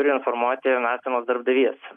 turi informuoti esamas darbdavys